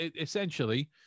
Essentially